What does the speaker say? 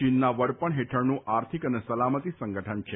ચીનના વડપણ હેઠળનું આર્થિક અને સલામતી સંગઠન છે